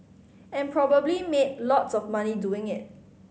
and probably made lots of money doing it